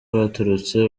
baturutse